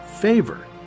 favor